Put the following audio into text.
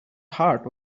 heart